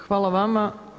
Hvala vama.